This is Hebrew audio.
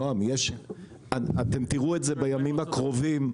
נועם, אתם תראו את זה בימים הקרובים.